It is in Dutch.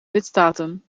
lidstaten